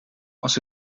als